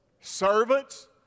Servants